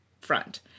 front